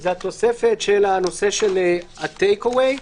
זה התוספת של הנושא של הטייק אוויי,